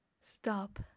Stop